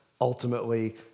Ultimately